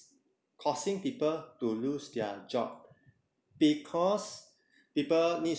causing people to lose their job because people needs